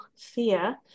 fear